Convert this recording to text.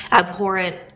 abhorrent